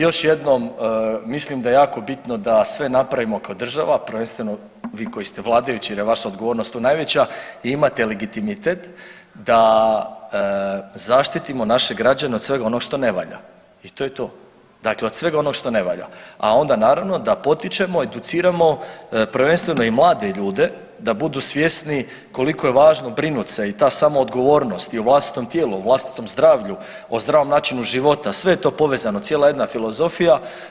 Još jednom, mislim da je jako bitno da sve napravimo ko država, prvenstveno vi koji ste vladajući jer je vaša odgovornost tu najveća i imate legitimitet da zaštitimo naše građane od svega onog što ne valja i to je to, dakle od svega onog što ne valja, a onda naravno da potičemo i educiramo prvenstveno i mlade ljude da budu svjesni koliko je važno brinut se i ta samo odgovornost i o vlastitom tijelu, o vlastitom zdravlju, o zdravom načinu života, sve je to povezano, cijela jedna filozofija.